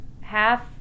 half